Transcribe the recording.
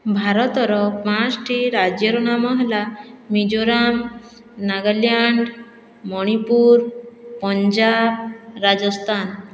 ଭାରତର ପାଞ୍ଚୋଟି ରାଜ୍ୟର ନାମ ହେଲା ମିଜୋରାମ ନାଗାଲ୍ୟାଣ୍ଡ ମଣିପୁର ପଞ୍ଜାବ ରାଜସ୍ତାନ